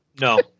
No